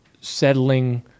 settling